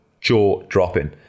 jaw-dropping